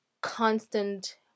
constant